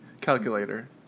calculator